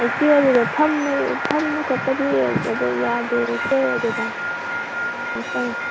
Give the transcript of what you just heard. ꯏꯆꯦ ꯑꯗꯨꯗ ꯐꯝꯕꯒꯤ ꯐꯝꯕ ꯈꯣꯠꯄꯗꯤ ꯑꯗ ꯌꯥꯗꯦ ꯏꯆꯦ ꯑꯗꯨꯗ ꯉꯥꯛꯇꯪ